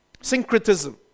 Syncretism